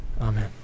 Amen